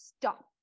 stop